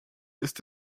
ist